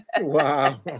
wow